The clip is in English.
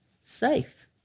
safe